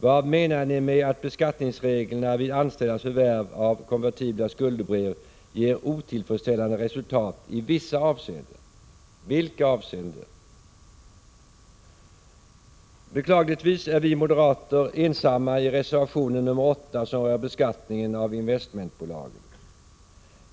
Vad menar ni med att beskattningsreglerna vid anställdas förvärv av konvertibla skuldebrev ger otillfredsställande resultat i vissa avseenden? Vilka avseenden? Beklagligtvis är vi moderater ensamma i reservation nr 8, som rör beskattningen av investmentbolagen.